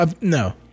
No